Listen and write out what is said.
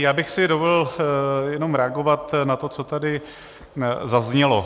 Já bych si dovolil jenom reagovat na to, co tady zaznělo.